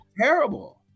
terrible